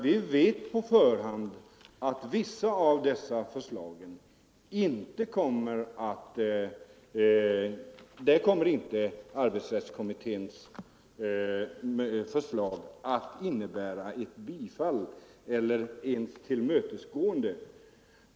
Vi vet på förhand att arbetsrättskommittén inte kommer att tillmötesgå vissa av dessa förslag.